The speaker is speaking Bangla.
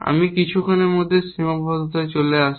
আমি কিছুক্ষণের মধ্যে সীমাবদ্ধতায় চলে আসব